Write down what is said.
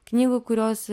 knygų kurios